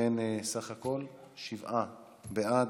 ולכן בסך הכול שבעה בעד,